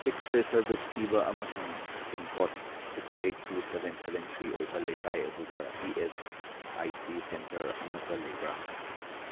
X-ray service ꯄꯤꯕ ꯑꯃꯁꯨꯡ pincode six eight two seven seven three ꯑꯣꯏꯕ ꯂꯩꯀꯥꯏ ꯑꯗꯨꯗ E S I C centre ꯑꯃꯠꯇ ꯂꯩꯕ꯭ꯔ